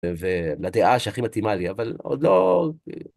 ולדעה שהכי מתאימה לי, אבל עוד לא...